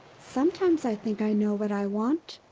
sometimes i think i know what i want.